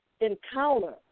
encounter